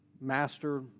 master